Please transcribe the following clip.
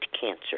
cancer